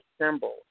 symbols